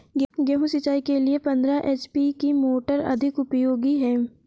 गेहूँ सिंचाई के लिए पंद्रह एच.पी की मोटर अधिक उपयोगी है?